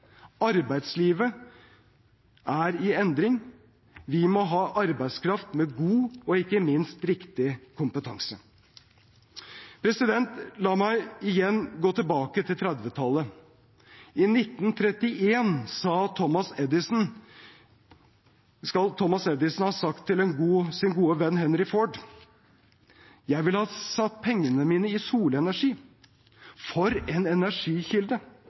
Arbeidslivet er i endring. Vi må ha arbeidskraft med god, og ikke minst riktig, kompetanse fremover. La meg igjen gå tilbake til 1930-tallet. I 1931 skal Thomas Edison ha sagt til sin gode venn Henry Ford: Jeg ville ha satt pengene mine i solenergi. For en energikilde!